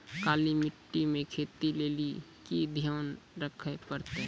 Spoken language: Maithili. काली मिट्टी मे खेती लेली की ध्यान रखे परतै?